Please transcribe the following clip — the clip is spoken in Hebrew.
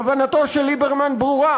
כוונתו של ליברמן ברורה,